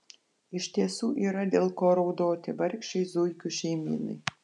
iš tiesų yra dėl ko raudoti vargšei zuikių šeimynai